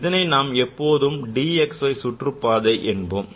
இதனை நாம் எப்போதும் d xy சுற்றுப்பாதை என்போம்